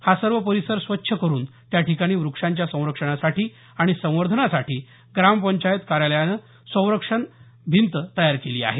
हा सर्व परिसर स्वच्छ करून त्याठिकाणी व्रक्षांच्या संरक्षणासाठी आणि संवर्धन करण्यासाठी ग्रामपंचायत कार्यालयानं संरक्षण कंपाऊंड तयार केलं आहे